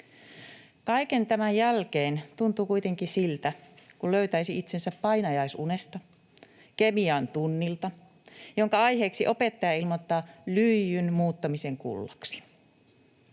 Kaiken tämän jälkeen tuntuu kuitenkin siltä, kuin löytäisi itsensä painajaisunesta kemiantunnilta, jonka aiheeksi opettaja ilmoittaa lyijyn muuttamisen kullaksi.